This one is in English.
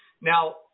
Now